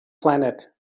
planet